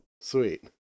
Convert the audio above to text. Sweet